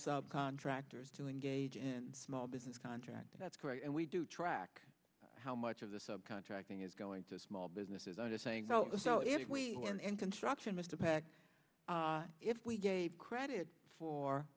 sub contractors to engage in small business contracts that's great and we do track how much of the sub contracting is going to small businesses i'm just saying no so if we go in and construction mr pac if we gave credit for